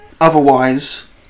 otherwise